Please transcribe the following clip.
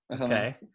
okay